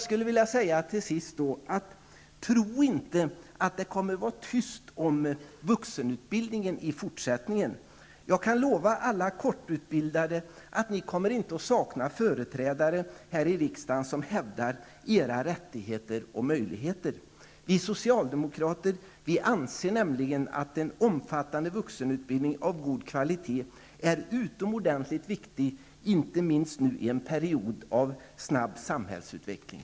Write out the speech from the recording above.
Men tro inte att det kommer att vara tyst om vuxenutbildningen i fortsättningen. Jag kan lova alla kortutbildade att ni inte kommer att sakna företrädare här i riksdagen som hävdar era rättigheter och möjligheter. Vi socialdemokrater anser nämligen att en omfattande vuxenutbildning av god kvalitet är utomordentligt viktig, inte minst nu i en period av snabb samhällsutveckling.